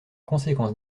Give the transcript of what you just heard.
conséquence